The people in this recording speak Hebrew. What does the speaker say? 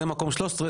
זה מקום 13,